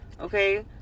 okay